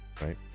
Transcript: Right